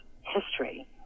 history